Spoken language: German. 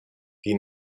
die